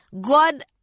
God